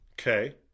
Okay